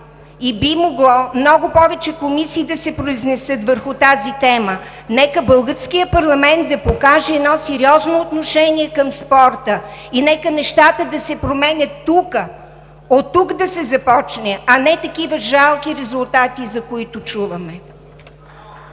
и би могло повече комисии да се произнесат по тази тема. Нека българският парламент да покаже сериозно отношение към спорта. Нека нещата да се променят тук, оттук да се започне, а не такива жалки резултати, за които чуваме.